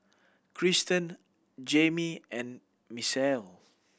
Kristen Jaimie and Misael